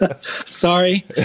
Sorry